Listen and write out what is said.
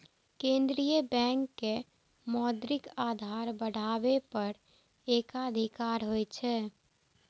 केंद्रीय बैंक के मौद्रिक आधार बढ़ाबै पर एकाधिकार होइ छै